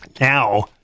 Now